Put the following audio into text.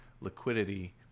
liquidity